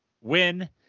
win